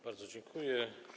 Bardzo dziękuję.